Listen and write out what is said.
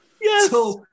Yes